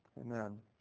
Amen